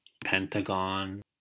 Pentagon